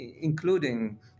including